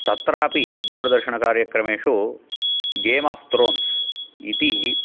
तत्रापि दूरदर्शणकार्यक्रमेषु Game of Thrones इति